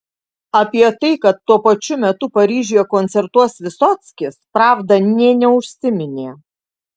apie tai kad tuo pačiu metu paryžiuje koncertuos vysockis pravda nė neužsiminė